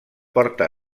porta